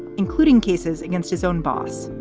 including cases against his own boss,